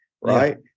right